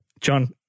John